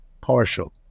partial